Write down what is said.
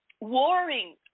warring